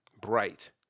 Bright